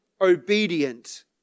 obedient